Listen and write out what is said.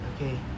okay